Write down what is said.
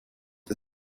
the